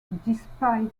despite